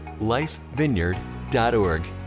lifevineyard.org